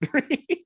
three